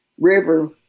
river